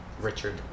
Richard